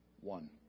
One